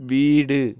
வீடு